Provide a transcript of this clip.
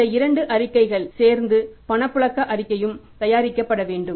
இந்த 2 அறிக்கைகள் சேர்ந்து பணப்புழக்க அறிக்கையையும் தயாரிக்கப்பட வேண்டும்